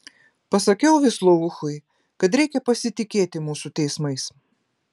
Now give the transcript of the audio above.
pasakiau vislouchui kad reikia pasitikėti mūsų teismais